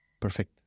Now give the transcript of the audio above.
Perfect